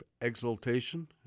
Exultation